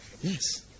yes